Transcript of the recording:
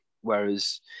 Whereas